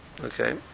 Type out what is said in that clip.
Okay